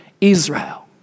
Israel